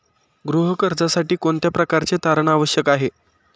गृह कर्जासाठी कोणत्या प्रकारचे तारण आवश्यक आहे?